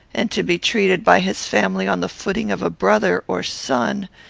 and to be treated by his family on the footing of a brother or son,